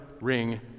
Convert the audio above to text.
ring